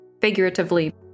figuratively